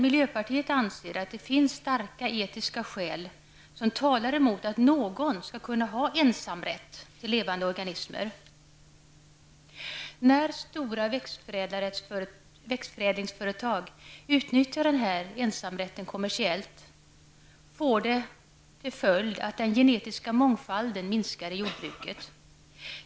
Miljöpartiet anser dock att starka etiska skäl talar emot att någon skall kunna ha ensamrätt till levande organismer. När stora växtförädlingsföretag utnyttjar den här ensamrätten kommersiellt får det till följd att den genetiska mångfalden minskar i jordbruket.